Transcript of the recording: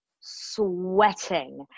sweating